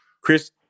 Chris